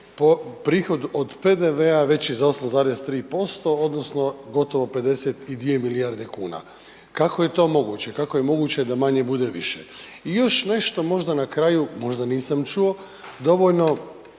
po prihod od PDV-a veći za 8,3% odnosno gotovo 52 milijarde kuna. Kako je to moguće, kako je moguće da manje bude više. I još nešto možda na kraju, možda nisam čuo, dovoljno